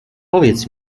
powiedz